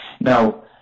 Now